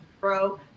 bro